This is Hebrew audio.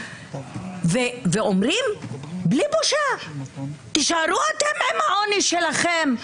ואומרים בלי בושה: תישארו אתם עם העוני שלכם.